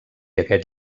aquest